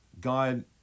God